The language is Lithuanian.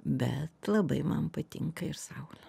bet labai man patinka ir saulė